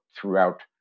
throughout